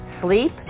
sleep